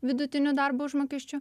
vidutinių darbo užmokesčių